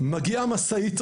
מגיעה המשאית,